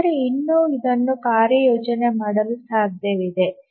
ಆದರೆ ಇನ್ನೂ ಇದನ್ನು ಕಾರ್ಯಯೋಜನೆ ಮಾಡಲು ಸಾಧ್ಯವಿದೆ